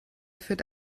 führt